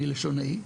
אני לשונאי,